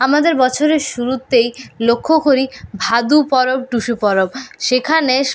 আমাদের বছরের শুরুতেই লক্ষ্য করি ভাদু পরব টুসু পরব সেখানে